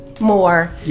more